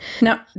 Now